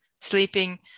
sleeping